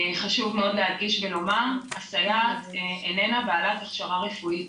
חשוב מאוד להדגיש ולומר הסייעת איננה בעלת הכשרה רפואית.